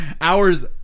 Hours